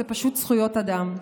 זה פשוט זכויות אדם.